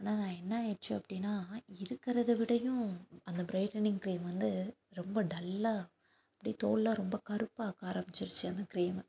ஆனால் அது என்ன ஆகிச்சு அப்படின்னா இருக்கிறதவிடையும் அந்த ப்ரைட்டனிங் க்ரீம் வந்து ரொம்ப டல்லாக அப்படியே தோலெல்லாம் ரொம்ப கருப்பாக்க ஆரம்பிச்சிருச்சு அந்த க்ரீமு